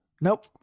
Nope